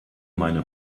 meine